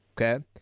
okay